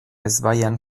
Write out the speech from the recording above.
ezbaian